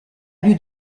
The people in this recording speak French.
lieu